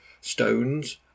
stones